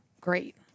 Great